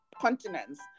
continents